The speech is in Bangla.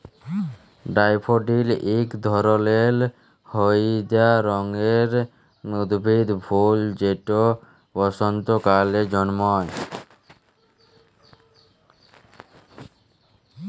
ড্যাফোডিল ইক ধরলের হইলদা রঙের উদ্ভিদের ফুল যেট বসল্তকালে জল্মায়